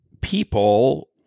people